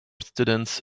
students